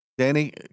Danny